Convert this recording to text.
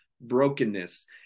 brokenness